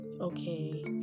okay